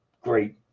great